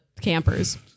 campers